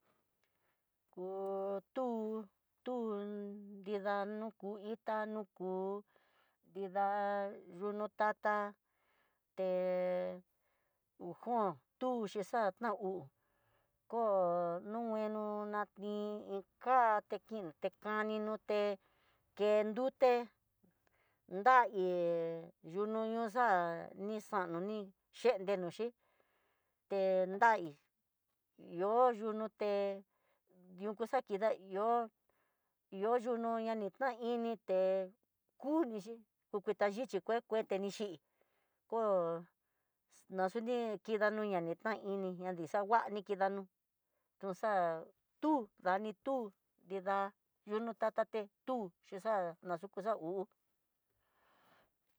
Ku tu tu nridano, ku itá no kú nrida yunó tata té ukon tú xhixa ta hú koo no ngueno na tin inkaté kin ti kani noté, ken nrute na'í yu nunoxa ni xan no hí chende xhí te nraí ihó no yuté, ruku xa kida ihó, ihó yuno xa ni tan ini té kunixhi oyutaxhichi kue kue tenexhi koo nayuni kida ñoiu na ni taini na ni xanguani, kidanu nuxa tú nadi tu nida yuno tataté tu na kixe xa hú.